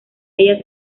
ella